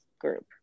group